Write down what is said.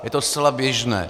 Je to zcela běžné.